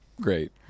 Great